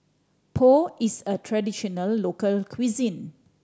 pho is a traditional local cuisine